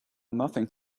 nothing